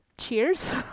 Cheers